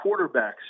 quarterbacks